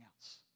else